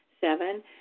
Seven